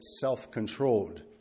self-controlled